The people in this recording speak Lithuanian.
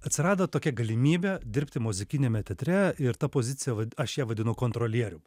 atsirado tokia galimybė dirbti muzikiniame teatre ir ta pozicija vat aš ją vadinu kontrolieriu